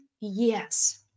yes